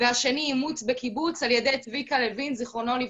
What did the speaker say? והשני אימוץ בקיבוץ על ידי צביקה לוין ז"ל,